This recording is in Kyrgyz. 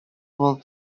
болуп